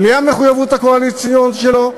בלי המחויבות הקואליציונית שלו?